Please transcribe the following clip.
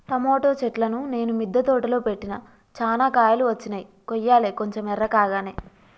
tomato చెట్లును నేను మిద్ద తోటలో పెట్టిన చానా కాయలు వచ్చినై కొయ్యలే కొంచెం ఎర్రకాగానే